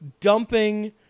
dumping